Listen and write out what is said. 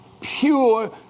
pure